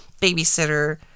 babysitter